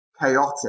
chaotic